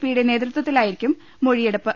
പിയുടെ നേതൃത്വത്തിലായിരിക്കും മൊഴിയെടുപ്പ്